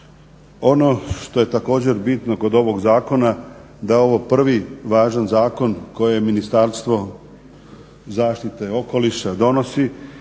Ono što je također bitno kod ovog zakona da je ovo prvi važan zakon koje je Ministarstvo zaštite okoliša donosi